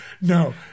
No